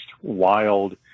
wild